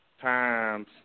times